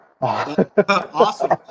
Awesome